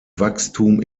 wachstum